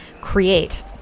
create